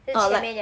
orh like